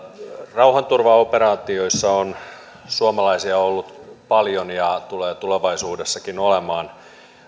rauhanturvaoperaatioissa on suomalaisia ollut paljon ja tulee tulevaisuudessakin olemaan